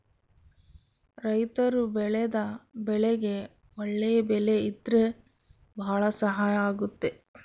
ರೈತರು ಬೆಳೆದ ಬೆಳೆಗೆ ಒಳ್ಳೆ ಬೆಲೆ ಇದ್ರೆ ಭಾಳ ಸಹಾಯ ಆಗುತ್ತೆ